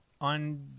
on